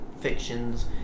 fictions